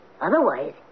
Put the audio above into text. Otherwise